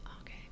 okay